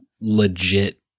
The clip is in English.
legit